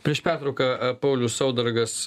prieš pertrauką paulius saudargas